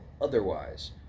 otherwise